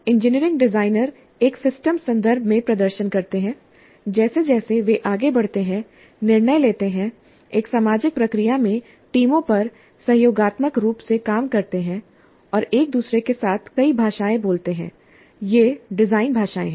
engineering designer एक system संदर्भ में प्रदर्शन करते हैं जैसे जैसे वे आगे बढ़ते हैं निर्णय लेते हैं एक सामाजिक प्रक्रिया में टीमों पर सहयोगात्मक रूप से काम करते हैं और एक दूसरे के साथ कई भाषाएँ बोलते हैं ये डिज़ाइन भाषाएँ हैं